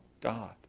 God